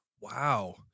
Wow